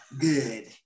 Good